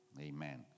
Amen